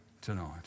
tonight